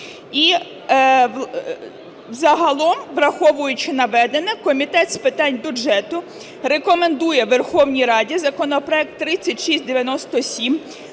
І загалом, враховуючи наведене, Комітет з питань бюджету рекомендує Верховній Раді законопроект 3697